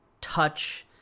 touch